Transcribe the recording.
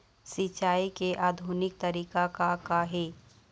सिचाई के आधुनिक तरीका का का हे?